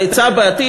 עצה לעתיד,